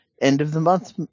end-of-the-month